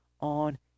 on